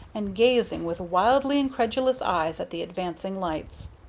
and gazing with wildly incredulous eyes at the advancing lights.